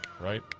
right